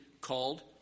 called